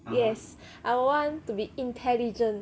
yes I want to be intelligent